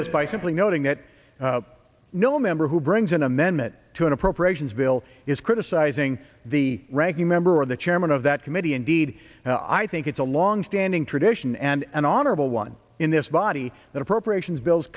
this by simply noting that no member who brings an amendment to an appropriations bill is criticizing the ranking member of the chairman of that committee indeed i think it's a longstanding tradition and an honorable one in this body that appropriations bills